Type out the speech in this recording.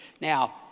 Now